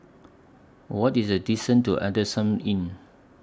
What IS The distance to Adamson Inn